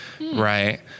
Right